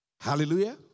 Hallelujah